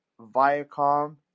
Viacom